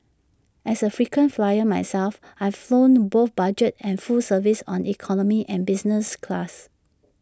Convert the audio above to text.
as A frequent flyer myself I've flown both budget and full service on economy and business class